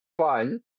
fun